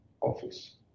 office